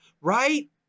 right